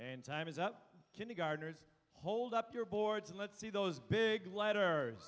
and time is up kindergartners hold up your boards and let's see those big